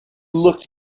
looked